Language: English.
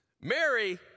Mary